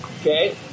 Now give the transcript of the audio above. okay